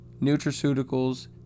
nutraceuticals